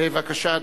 בבקשה.